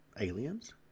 aliens